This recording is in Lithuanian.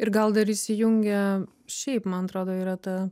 ir gal dar įsijungia šiaip man atrodo yra ta